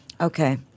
Okay